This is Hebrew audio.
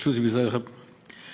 הרשות למשפט טכנולוגיה ומידע.